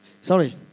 Sorry